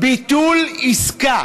ביטול עסקה